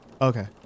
Okay